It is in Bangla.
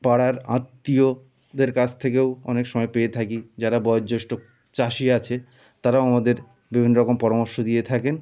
পাড়ার আত্মীয়দের কাছ থেকেও অনেক সময় পেয়ে থাকি যারা বয়োজ্যেষ্ঠ চাষি আছে তারাও আমাদের বিভিন্ন রকম পরামর্শ দিয়ে থাকেন